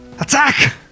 Attack